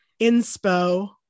Inspo